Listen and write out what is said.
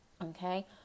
okay